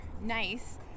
nice